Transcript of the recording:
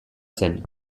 zen